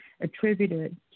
attributed